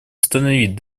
установить